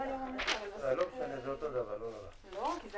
ננעלה בשעה